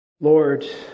Lord